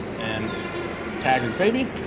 and tag is baby,